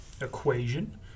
equation